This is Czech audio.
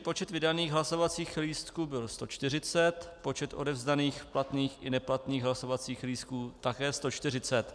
Počet vydaných hlasovacích lístků byl 140, počet odevzdaných platných i neplatných hlasovacích lístků také 140.